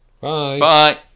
Bye